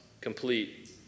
complete